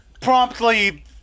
promptly